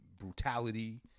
brutality